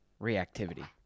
reactivity